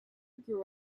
grew